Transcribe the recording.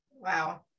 Wow